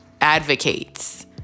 advocates